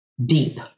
deep